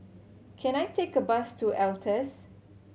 can I take a bus to Altez